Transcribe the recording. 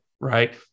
right